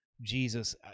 Jesus